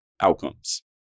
outcomes